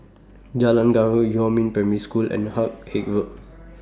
Jalan Gaharu Huamin Primary School and Haig Road